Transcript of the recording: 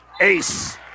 Ace